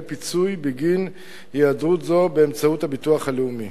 פיצוי בגין היעדרות זו באמצעות הביטוח הלאומי.